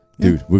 Dude